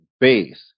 base